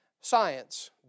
science